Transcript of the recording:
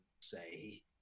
say